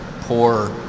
poor